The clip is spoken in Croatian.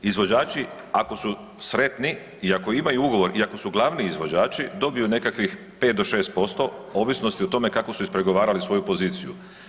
Izvođači ako su sretni i ako imaju ugovor i ako su glavni izvođači dobiju nekakvih pet do šest posto ovisnosti o tome kako su ispregovarali svoju poziciju.